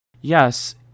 Yes